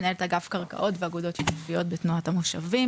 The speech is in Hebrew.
מנהלת אגף קרקעות ואגודות שיתופיות בתנועת המושבים.